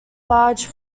large